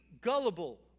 gullible